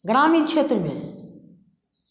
ग्रामीण क्षेत्र में